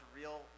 real